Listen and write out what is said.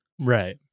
Right